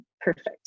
perfect